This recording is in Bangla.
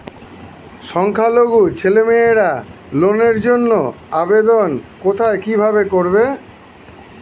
সংখ্যালঘু ছেলেমেয়েরা লোনের জন্য আবেদন কোথায় কিভাবে করবে?